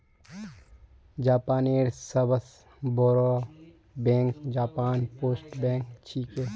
जापानेर सबस बोरो बैंक जापान पोस्ट बैंक छिके